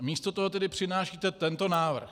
Místo toho tedy přinášíte tento návrh.